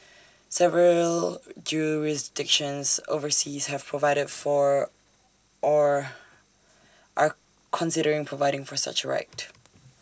several jurisdictions overseas have provided for or are considering providing for such right